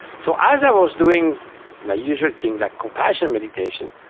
so as i was doing my usual thing, like compassion meditation,